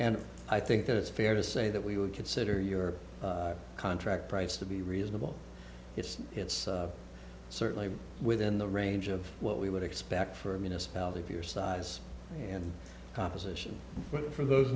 and i think that it's fair to say that we would consider your contract price to be reasonable it's certainly within the range of what we would expect for a municipality of your size and composition for those